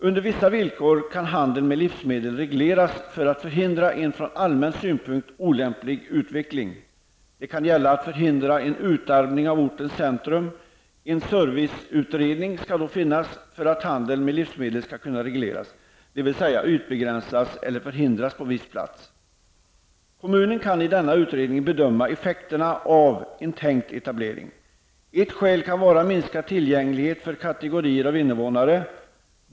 På vissa villkor kan handel med livsmedel regleras för att hindra en från allmän synpunkt olämplig utveckling. Det kan gälla att hindra en utarmning av ortens centrum. En serviceutredning skall då finnas för att handeln med livsmedel skall kunna regleras, dvs. ytbegränsas eller förhindras på viss plats. Kommunen kan i denna utredning bedöma effekterna av en tänkt etablering. Ett skäl kan vara minskad tillgänglighet för kategorier av invånare.